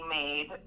made